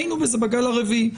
היינו בזה בגל הרביעי.